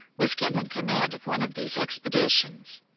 was given command of one of these expeditions.